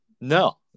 No